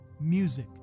music